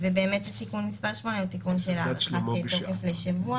תיקון מס' 8 הוא תיקון של הארכת תוקף לשבוע.